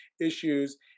issues